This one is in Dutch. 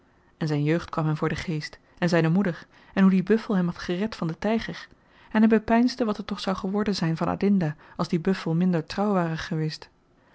en zyn jeugd kwam hem voor den geest en zyne moeder en hoe die buffel hem had gered van den tyger en hy bepeinsde wat er toch zou geworden zyn van adinda als die buffel minder trouw ware geweest